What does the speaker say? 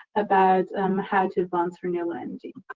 about how to advance renewable energy.